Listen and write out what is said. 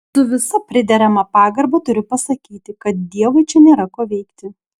su visa priderama pagarba turiu pasakyti kad dievui čia nėra ko veikti